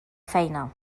feina